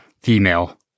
female